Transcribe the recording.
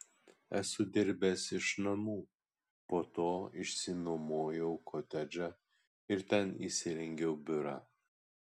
esu dirbęs iš namų po to išsinuomojau kotedžą ir ten įsirengiau biurą